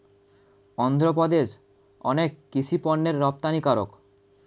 অন্ধ্রপ্রদেশ অনেক কৃষি পণ্যের রপ্তানিকারক